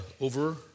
over